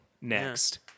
next